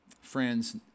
friends